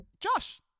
Josh